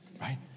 right